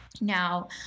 now